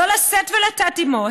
לא לשאת ולתת עימו,